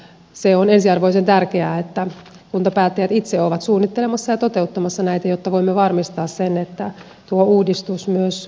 se on ensiarvoisen tärkeää että kuntapäättäjät itse ovat suunnittelemassa ja toteuttamassa näitä jotta voimme varmistaa sen että tuo uudistus myös onnistuisi